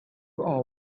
are